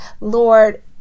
Lord